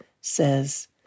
says